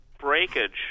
breakage